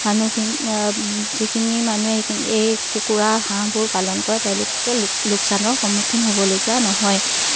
মানুহখিনি যিখিনি মানুহে সেইখিনি এই কুকুৰা হাঁহবোৰ পালন কৰে তেওঁলোকে লোকচানৰ সন্মুখীন হ'বলগীয়া নহয়